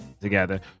together